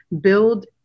build